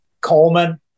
Coleman